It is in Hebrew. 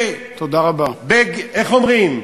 איך אומרים?